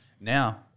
Now